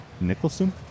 Nicholson